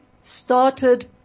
started